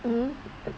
mm